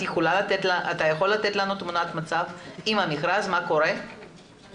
אתה יכול לתת לנו תמונת מצב מה קורה עם המכרז?